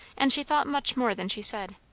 and she thought much more than she said.